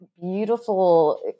beautiful